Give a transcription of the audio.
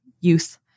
youth